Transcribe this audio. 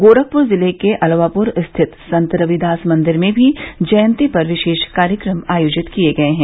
गोरखपुर जिले के अलवापुर स्थित संत रविदास मंदिर में भी जयंती पर विशेष कार्यक्रम आयोजित किए गये हैं